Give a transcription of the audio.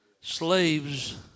Slaves